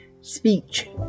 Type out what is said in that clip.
speech